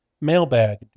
mailbag